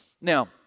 now